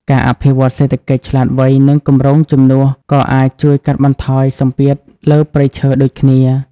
ការអភិវឌ្ឍសេដ្ឋកិច្ចឆ្លាតវៃ និងគម្រោងជំនួសក៏អាចជួយកាត់បន្ថយសម្ពាធលើព្រៃឈើដូចគ្នា។